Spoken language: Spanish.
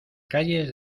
calles